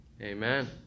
Amen